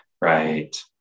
right